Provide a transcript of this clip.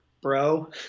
bro